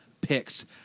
picks